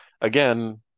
again